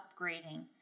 upgrading